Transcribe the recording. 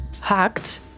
hacked